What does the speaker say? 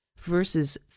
verses